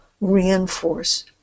reinforce